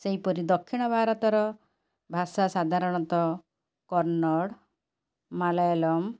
ସେହିପରି ଦକ୍ଷିଣ ଭାରତର ଭାଷା ସାଧାରଣତଃ କନ୍ନଡ଼ ମାଲାୟାଲମ୍